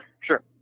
Sure